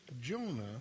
Jonah